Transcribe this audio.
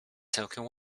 całkiem